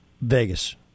Vegas